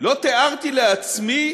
לא תיארתי לעצמי